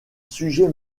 sujet